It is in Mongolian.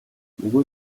нөгөө